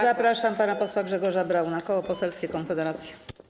Zapraszam pana posła Grzegorza Brauna, Koło Poselskie Konfederacja.